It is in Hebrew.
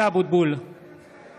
(קורא בשמות חברי הכנסת)